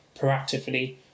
proactively